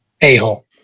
a-hole